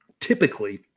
typically